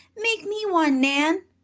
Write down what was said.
make me one, nan!